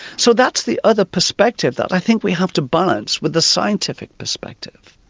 so that's the other perspective that i think we have to balance with the scientific perspective.